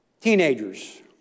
teenagers